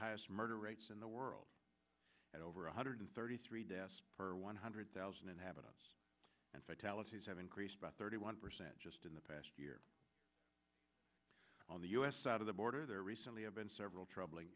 highest murder rates in the world at over one hundred thirty three deaths per one hundred thousand inhabitants and fatalities have increased by thirty one percent just in the past year on the u s side of the border there recently have been several troubling